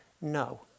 No